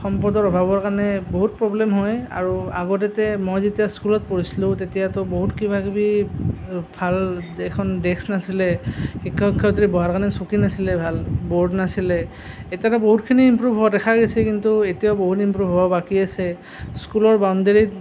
সম্পদৰ অভাৱৰ কাৰণে বহুত প্ৰব্লেম হয় আৰু আগতে যে মই যেতিয়া স্কুলত পঢ়িছিলোঁ তেতিয়াটো বহুত কিবা কিবি ভাল এখন ডেস্ক নাছিলে শিক্ষক শিক্ষয়িত্ৰী বহাৰ কাৰণে চকী নাছিলে ভাল বোৰ্ড নাছিলে এতিয়াতো বহুতখিনি ইমপ্ৰুভ হোৱা দেখা গৈছে কিন্তু এতিয়াও বহুত ইমপ্ৰুভ হ'ব বাকী আছে স্কুলৰ বাউণ্ডেৰীত